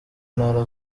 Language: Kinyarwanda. ntara